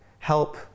help